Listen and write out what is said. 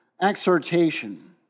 exhortation